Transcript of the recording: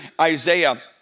Isaiah